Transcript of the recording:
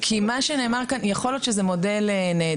כי מה שנאמר כאן הוא שיכול להיות שזה מודל נהדר,